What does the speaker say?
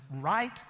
right